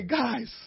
guys